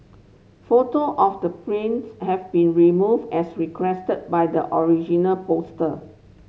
photo of the planes have been removed as requested by the original poster